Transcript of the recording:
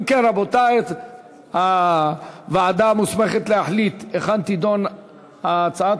ההצעה להעביר את הצעת